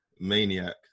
Maniac